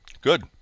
good